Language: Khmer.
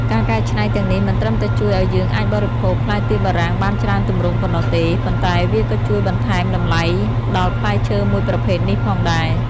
ការកែច្នៃទាំងនេះមិនត្រឹមតែជួយឱ្យយើងអាចបរិភោគផ្លែទៀបបារាំងបានច្រើនទម្រង់ប៉ុណ្ណោះទេ ប៉ុន្តែវាក៏ជួយបន្ថែមតម្លៃដល់ផ្លែឈើមួយប្រភេទនេះផងដែរ។